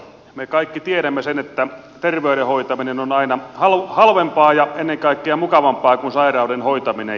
me kaikki tiedämme sen että terveyden hoitaminen on aina halvempaa ja ennen kaikkea mukavampaa kuin sairauden hoitaminen